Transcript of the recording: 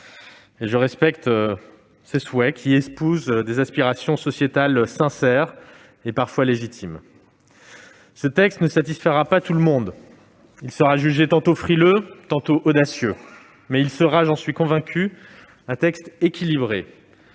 -et je respecte ce souhait qui épouse des aspirations sociétales sincères et parfois légitimes. Ce texte ne satisfera pas tout le monde : il sera jugé tantôt frileux, tantôt audacieux. Ce sera toutefois, j'en suis convaincu, un texte équilibré,